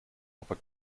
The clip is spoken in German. aber